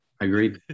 Agreed